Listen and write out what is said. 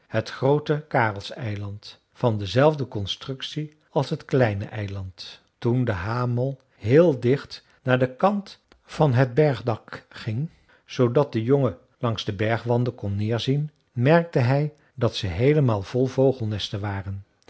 het groote karelseiland van dezelfde constructie als t kleine eiland toen de hamel heel dicht naar den kant van het bergdak ging zoodat de jongen langs de bergwanden kon neerzien merkte hij dat ze heelemaal vol vogelnesten waren